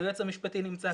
היועץ המשפטי נמצא כאן,